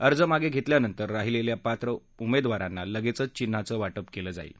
अर्ज मागे घेतल्यानंतर राहीलेल्या पात्र उमेदवारांना लगेचच चिन्हांचं वाटप केलं जाईल